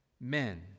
men